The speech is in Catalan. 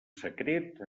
secret